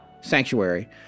sanctuary